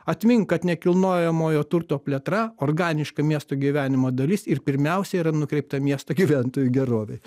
atmink kad nekilnojamojo turto plėtra organiška miesto gyvenimo dalis ir pirmiausia yra nukreipta miesto gyventojų gerovei